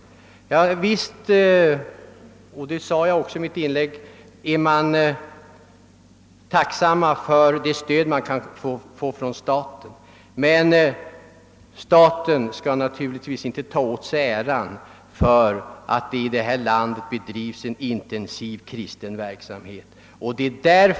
Visst är man tacksam för det stöd man kan få från staten — detta sade jag också i mitt inlägg — men naturligtvis skall inte staten ta åt sig äran av att det i detta land kan bedrivas en intensiv och omfattande kristen verksamhet just på grund av att det finns offervilligt folk.